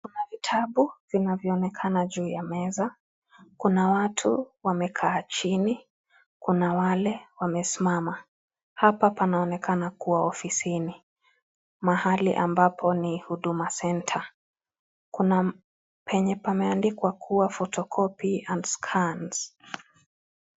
Kuna vitabu vinavyoonekana juu ya meza. Kuna watu wamekaa chini, kuna wale wamesimama. Hapa panaonekana kuwa ofisini. Mahali ambapo ni Huduma Centre. Kuna penye pameandikwa kuwa, photocopy and scans .